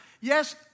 yes